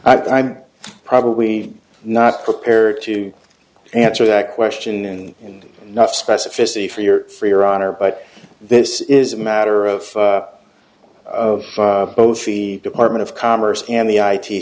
way i'm probably not prepared to answer that question and not specificity for your for your honor but this is a matter of of both the department of commerce and the i t